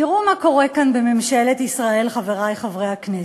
תראו מה קורה כאן בממשלת ישראל, חברי חברי הכנסת,